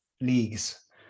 leagues